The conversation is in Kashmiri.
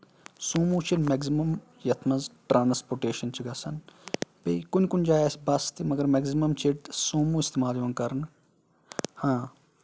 سومو چھِ میکزِمم یَتھ منٛز ٹرانَسپوٹیشن چھِ گژھان بیٚیہِ کُنہِ کُنہِ جایہِ آسہِ بَس تہِ مَگر میکزِمم چھِ ییٚتہِ سومو یِوان استعمال کرنہٕ ہاں